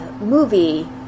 movie